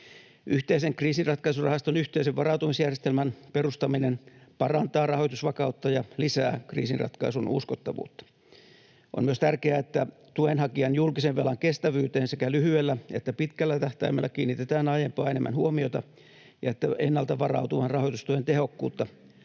Yhteisen kriisinratkaisurahaston, yhteisen varautumisjärjestelmän, perustaminen parantaa rahoitusvakautta ja lisää kriisinratkaisun uskottavuutta. On myös tärkeää, että tuenhakijan julkisen velan kestävyyteen sekä lyhyellä että pitkällä tähtäimellä kiinnitetään aiempaa enemmän huomiota ja että ennalta varautuvan rahoitustuen tehokkuutta